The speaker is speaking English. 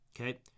Okay